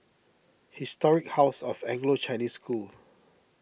Historic House of Anglo Chinese School